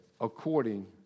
according